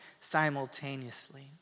simultaneously